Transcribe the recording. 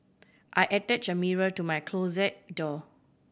I attached a mirror to my closet door